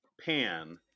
pan